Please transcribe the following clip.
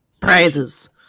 Prizes